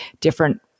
different